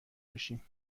بشیم